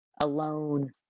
alone